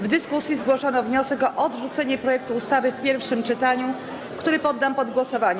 W dyskusji zgłoszono wniosek o odrzucenie projektu ustawy w pierwszym czytaniu, który poddam pod głosowanie.